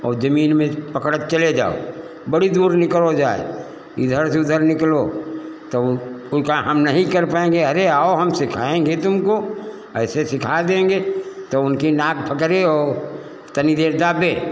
और जमीन में पकड़त चले जाओ बड़ी दूर निकलो जाए इधर से उधर निकलो तो कोई कहा हम नहीं कर पाएँगे अरे आओ हम सिखाएँगे तुमको ऐसे सिखा देंगे तो उनकी नाक पकड़े ओ तनिक देर दाबे